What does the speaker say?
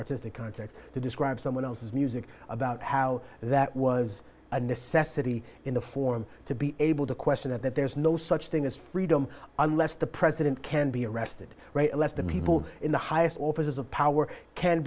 artistic context to describe someone else's music about how that was a necessity in the form to be able to question it that there's no such thing as freedom unless the president can be arrested unless the people in the highest offices of power can